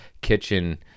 kitchen